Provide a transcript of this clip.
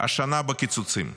השנה בקיצוצים.